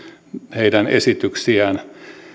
heidän esityksiään